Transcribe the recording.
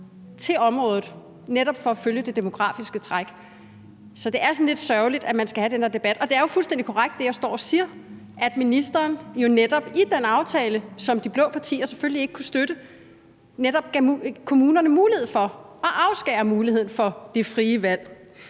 til området netop for at følge det demografiske træk. Så det er sådan lidt sørgeligt, at man skal have den der debat. Det er jo fuldstændig korrekt, hvad jeg står og siger, nemlig at ministeren netop i den aftale, som de blå partier selvfølgelig ikke kunne støtte, gav kommunerne mulighed for at afskære de ældre muligheden for at have et frit valg.